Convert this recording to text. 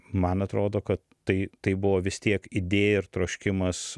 man atrodo kad tai tai buvo vis tiek idėja ir troškimas